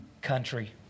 country